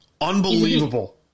unbelievable